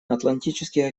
атлантический